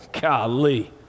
golly